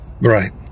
Right